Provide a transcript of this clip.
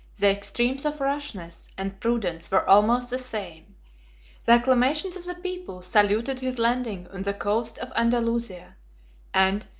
the extremes of rashness and prudence were almost the same. the acclamations of the people saluted his landing on the coast of andalusia and,